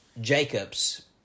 Jacob's